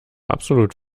absolut